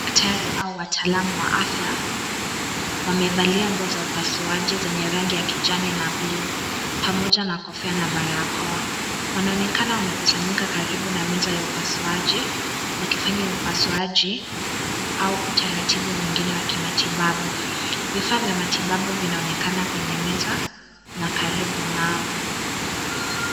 Daktari au wataalamu wa afya wamevalia nguo za upasuaji zenye rangi ya kijani na bluu pamoja na kofia na barakoa wanaonekana wamekusanyika karibu na meza ya upasuaji wakifanya upasuaji au utaratibu mwingine wa kimatibabu vifaa vya matibabu vinaonekana kwenye meza na karibu nao.